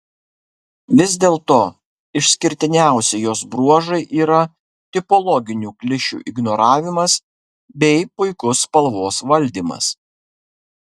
vis dėlto išskirtiniausi jos bruožai yra tipologinių klišių ignoravimas bei puikus spalvos valdymas